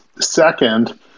Second